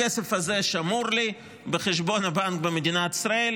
הכסף הזה שמור לי בחשבון הבנק במדינת ישראל,